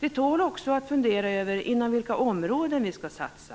Det tål också att funderas över inom vilka områden vi skall satsa.